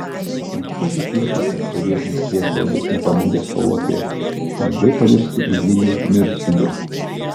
sunku patikėti kad sovietinės priespaudos nepabūgęs kovotojas lengvai pavirstų eiliniu niurgzliu